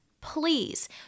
please